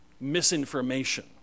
misinformation